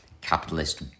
capitalist